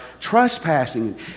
trespassing